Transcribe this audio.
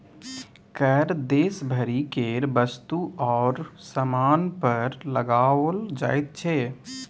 कर देश भरि केर वस्तु आओर सामान पर लगाओल जाइत छै